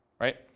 Right